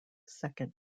second